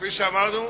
כפי שאמרנו,